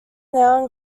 now